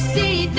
the